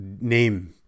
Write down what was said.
name